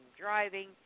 driving